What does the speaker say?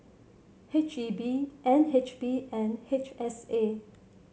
H E B N H B and H S A